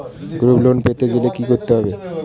Group loan পেতে গেলে কি করতে হবে?